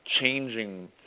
changing